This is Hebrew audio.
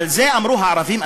על זה אמרו הערבים,